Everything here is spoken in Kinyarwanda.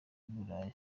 burayi